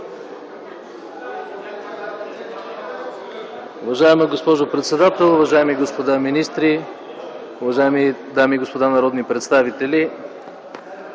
Уважаема госпожо председател, уважаеми господа министри, уважаеми дами и господа народни представители!